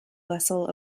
vessel